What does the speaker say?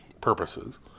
purposes